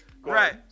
right